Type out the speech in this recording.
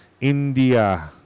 India